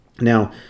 now